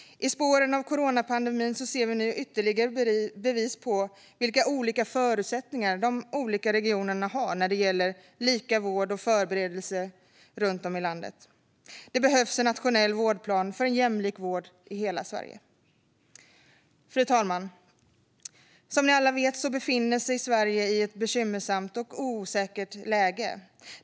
I spåren av coronapandemin ser vi nu ytterligare bevis på vilka olika förutsättningar de olika regionerna har när det gäller lika vård och förberedelse runt om i landet. Det behövs en nationell vårdplan för en jämlik vård i hela Sverige. Fru talman! Som ni alla vet befinner sig Sverige i ett bekymmersamt och osäkert läge.